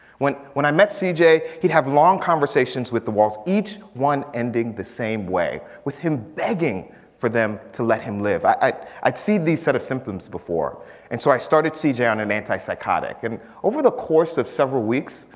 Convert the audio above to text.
when when i met cj, he'd have long conversations with the walls each one ending the same way. with him begging for them to let him live. i'd i'd see these set of symptoms before and so i started cj on an anti-psychotic and over the course of several weeks.